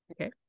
Okay